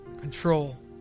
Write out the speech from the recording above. control